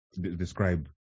describe